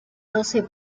doce